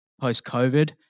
post-COVID